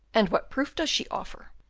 and what proof does she offer?